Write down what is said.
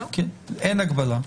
אין הגבלה?